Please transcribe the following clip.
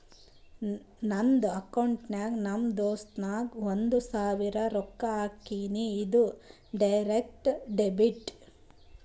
ನಂದ್ ಅಕೌಂಟ್ಲೆ ನಮ್ ದೋಸ್ತುಗ್ ಒಂದ್ ಸಾವಿರ ರೊಕ್ಕಾ ಹಾಕಿನಿ, ಇದು ಡೈರೆಕ್ಟ್ ಡೆಬಿಟ್